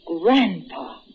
Grandpa